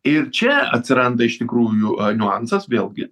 ir čia atsiranda iš tikrųjų niuansas vėlgi